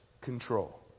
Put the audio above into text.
control